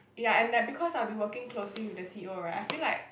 ya and like because I'll be working closely with the c_e_o right I feel like